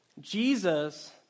Jesus